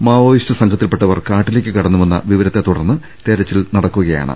Maoist സംഘത്തിൽപ്പെട്ടവർ കാട്ടിലേക്ക് കടന്നുവെന്ന വിവ രത്തെത്തുടർന്ന് തിരച്ചിൽ നടക്കുകയാണ്